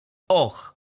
och